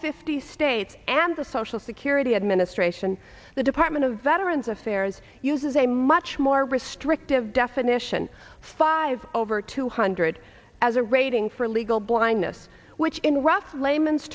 fifty states and the social security administration the department of veterans affairs uses a much more restrictive definition five over two hundred as a rating for legal blindness which in rough layman's